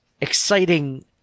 exciting